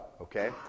okay